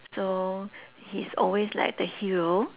so he's always like the hero